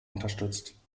unterstützt